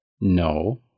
No